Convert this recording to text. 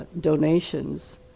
donations